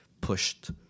pushed